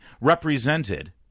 represented